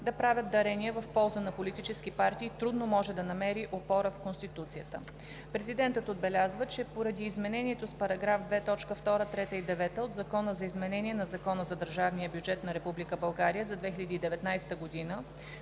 да правят дарения в полза на политически партии трудно може да намери опора в Конституцията. Президентът отбелязва, че преди изменението с § 2, т. 2, 3 и 9 от Закона за изменение на Закона за държавния бюджет на Република